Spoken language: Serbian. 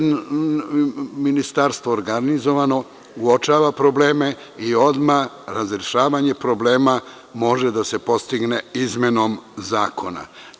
Ministarstvo organizovano, uočava probleme i odmah razrešavanje problema može da se postigne izmenom zakona.